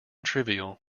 trivial